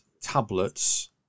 tablets